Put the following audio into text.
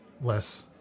Less